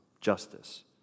justice